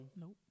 Nope